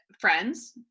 friends